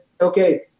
okay